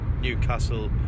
Newcastle